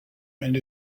and